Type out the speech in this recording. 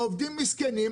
העובדים מסכנים,